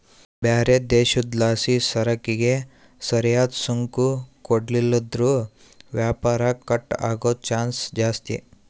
ಬ್ಯಾರೆ ದೇಶುದ್ಲಾಸಿಸರಕಿಗೆ ಸರಿಯಾದ್ ಸುಂಕ ಕೊಡ್ಲಿಲ್ಲುದ್ರ ವ್ಯಾಪಾರ ಕಟ್ ಆಗೋ ಚಾನ್ಸ್ ಜಾಸ್ತಿ